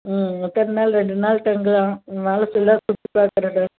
ம் எத்தனை நாள் ரெண்டு நாள் தங்கலாம் ஒரு நாள் ஃபுல்லாக சுற்றி பாக்குறது